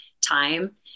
time